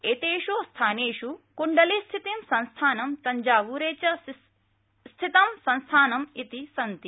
एतेष् संस्थानेष् कृण्डलीस्थितं संस्थानं तंजाव्रे च स्थितं संस्थानं इति सन्ति